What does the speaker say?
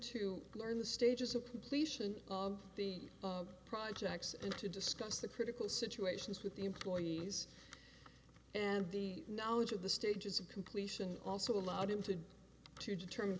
to learn the stages of completion of the projects and to discuss the critical situations with the employees and the knowledge of the stages of completion also allowed him to to determine